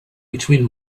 between